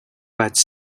but